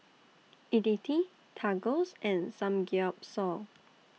Idili Tacos and Samgeyopsal